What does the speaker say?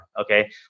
okay